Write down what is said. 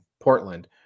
Portland